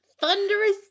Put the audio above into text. thunderous